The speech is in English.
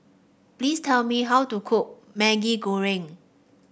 please tell me how to cook Maggi Goreng